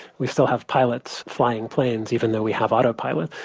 we still have pilots flying planes even though we have autopilot.